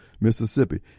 Mississippi